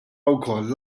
wkoll